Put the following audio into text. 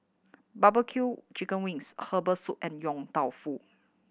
barbecue chicken wings herbal soup and Yong Tau Foo